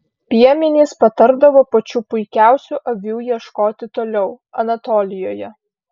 piemenys patardavo pačių puikiausių avių ieškoti toliau anatolijoje